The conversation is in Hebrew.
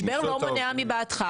משבר לא מונע מבעדך,